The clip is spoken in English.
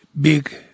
big